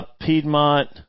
Piedmont